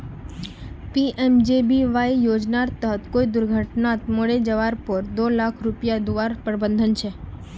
PMJBY योज्नार तहत कोए दुर्घत्नात मोरे जवार पोर दो लाख रुपये दुआर प्रावधान छे